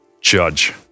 judge